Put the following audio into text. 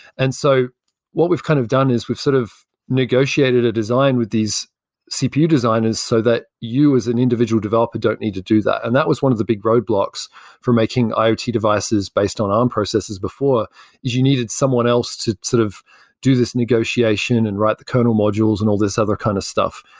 and so what we've kind of done is we've sort of negotiated a design with these cpu designers, so that you as an individual developer don't need to do that. and that was one of the big roadblocks for making iot devices based on arm processors before is you needed someone else to sort of do this negotiation and write the kernel modules and all this other kind of stuff.